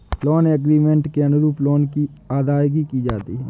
loan agreement के अनुरूप loan की अदायगी की जाती है